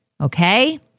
Okay